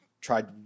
tried